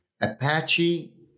Apache